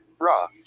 Raw